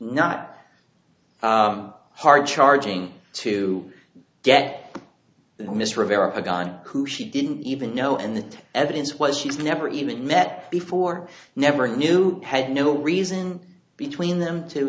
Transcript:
not hard charging to get miss rivera a guy who she didn't even know and the evidence was she's never even met before never knew had no reason between them to